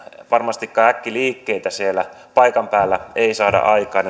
varmastikaan äkkiliikkeitä ja nopeita vaikutuksia siellä paikan päällä ei saada aikaan